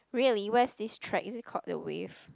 really where's this track is it called the wave